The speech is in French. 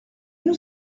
nous